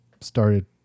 started